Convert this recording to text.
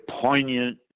poignant